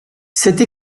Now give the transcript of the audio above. cette